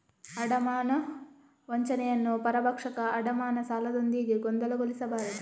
ಅಡಮಾನ ವಂಚನೆಯನ್ನು ಪರಭಕ್ಷಕ ಅಡಮಾನ ಸಾಲದೊಂದಿಗೆ ಗೊಂದಲಗೊಳಿಸಬಾರದು